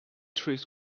drifts